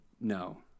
no